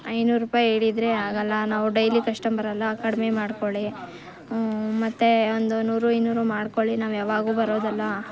ಐದ್ನೂರು ರುಪಾಯಿ ಹಿಡಿದ್ರೆ ಆಗೊಲ್ಲ ನಾವು ಡೈಲಿ ಕಸ್ಟಮರಲ್ಲ ಕಡಿಮೆ ಮಾಡ್ಕೊಳಿ ಮತ್ತು ಒಂದು ನೂರು ಇನ್ನೂರು ಮಾಡ್ಕೊಳಿ ನಾವು ಯಾವಾಗು ಬರೋದಲ್ಲ